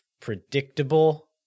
predictable